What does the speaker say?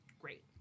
great